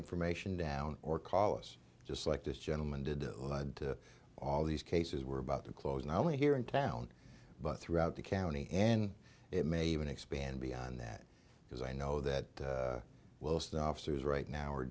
information down or call us just like this gentleman did led to all these cases were about to close not only here in town but throughout the county and it may even expand beyond that because i know that wilson officers right now